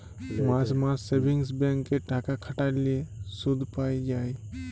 মাস মাস savings bank এ টাকা খাটাল্যে শুধ পাই যায়